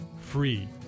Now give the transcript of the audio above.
free